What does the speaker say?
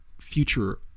future